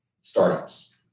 startups